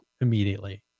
immediately